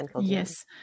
Yes